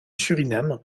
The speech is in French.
suriname